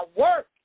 work